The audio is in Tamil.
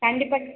கண்டிப்பாக